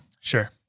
Sure